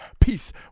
Peace